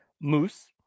Moose